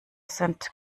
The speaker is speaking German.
sind